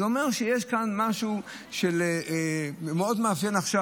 זה אומר שיש כאן משהו שמאוד מאפיין עכשיו.